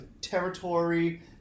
territory